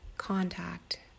Contact